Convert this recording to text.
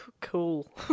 Cool